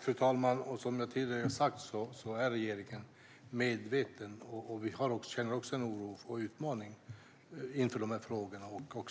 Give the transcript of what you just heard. Fru talman! Som jag har sagt tidigare är regeringen medveten om det här. Vi känner också en oro inför frågorna,